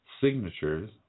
signatures